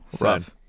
rough